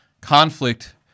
conflict